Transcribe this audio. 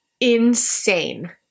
Insane